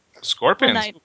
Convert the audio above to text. Scorpions